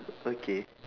okay